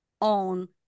on